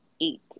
eight